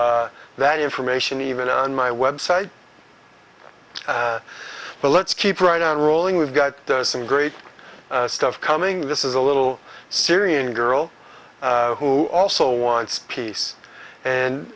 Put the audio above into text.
that information even on my website but let's keep right on rolling we've got some great stuff coming this is a little syrian girl who also wants peace and